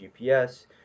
GPS